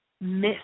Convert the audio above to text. Miss